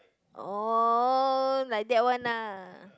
oh like that one ah